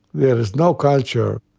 there is no culture,